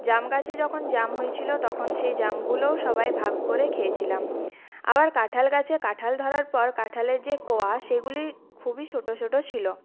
জাম গাছে যখন জাম হয়েছিলো তখন সেই জামগুলোও সবাই ভাগ করে খেয়েছিলাম আবার কাঁঠাল গাছে কাঁঠাল ধরার পর কাঁঠালের যে কোয়া সেগুলি খুবই ছোটো ছোটো ছিল